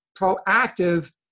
proactive